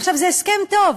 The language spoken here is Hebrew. עכשיו, זה הסכם טוב.